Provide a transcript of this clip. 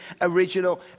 original